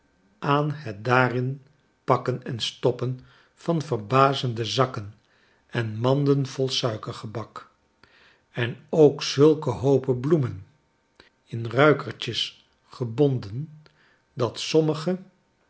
aan het daarin pakken en stoppen van verbazende zakken en manden vol suikergebak en ook zulke hoopen bloemen in ruikertjes gebonden dat sommige